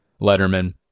Letterman